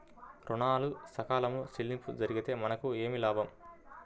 ఋణాలు సకాలంలో చెల్లింపు జరిగితే మనకు ఏమి లాభం?